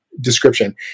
description